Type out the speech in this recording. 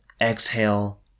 exhale